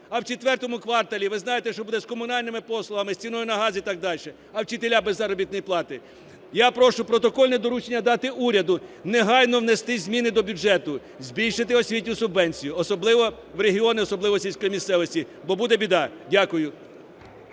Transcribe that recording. а в IV кварталі ви знаєте, що буде з комунальними послугами, з ціною на газ і так далі? А вчителі без заробітної плати. Я прошу протокольне доручення дати уряду негайно внести зміни до бюджету, збільшити освітню субвенцію, особливо в регіони, особливо сільській місцевості, бо буде біда. Дякую.